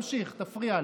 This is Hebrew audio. תמשיך, תפריע לי,